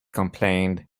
complained